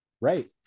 Right